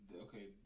okay